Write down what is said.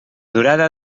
durada